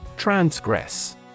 Transgress